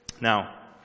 Now